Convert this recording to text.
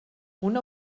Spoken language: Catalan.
una